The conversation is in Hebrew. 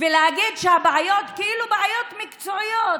ולהגיד שהבעיות הן כאילו בעיות מקצועיות,